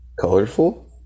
colorful